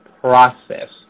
process